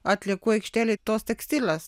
atliekų aikštelėj tos tekstilės